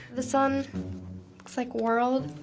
this one? looks like world.